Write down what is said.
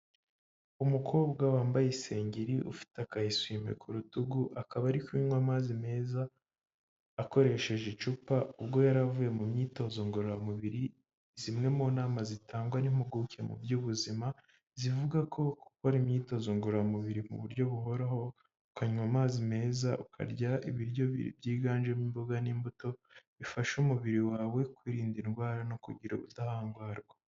Umukobwa wambaye isengeri ufite akayeswime ku rutugu akaba ari kunywa amazi meza akoresheje icupa ubwo yari avuye mu myitozo ngororamubiri zimwe mu nama zitangwa n'impuguke mu by'ubuzima zivuga ko gukora imyitozo ngororamubiri mu buryo buhoraho ukanywa amazi meza ukarya ibiryo byiganjemo imboga n'imbuto bifasha umubiri wawe kwirinda indwara no kugira ubudahangarwa.